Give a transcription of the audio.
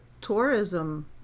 tourism